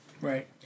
Right